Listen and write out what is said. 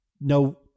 No